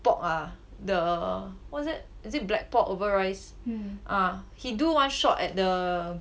pork ah the what is it is it black pork over rice ah he do one shot at the